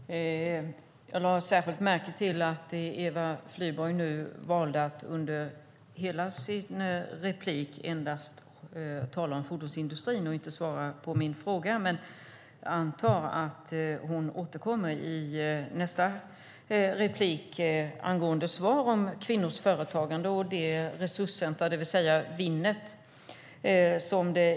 Herr talman! Jag lade särskilt märke till att Eva Flyborg valde att endast tala om fordonsindustrin och inte svara på min fråga, men jag antar att hon återkommer i nästa replik med svar om kvinnors företagande och resurscentrumet Winnet.